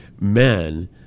men